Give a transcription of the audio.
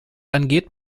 angeht